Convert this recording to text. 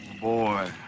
Boy